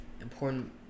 important